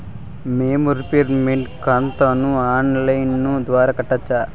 మేము రీపేమెంట్ కంతును online ద్వారా కట్టొచ్చా